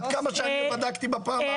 עד כמה שבדקתי בפעם האחרונה.